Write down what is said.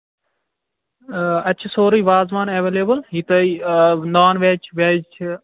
آ اَتہِ چھُ سورُے وازوان ایٚویلیبٔل یہِ تۄہہِ آ نان ویج ویج چھُ